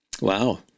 wow